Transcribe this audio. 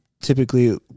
typically